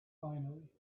finally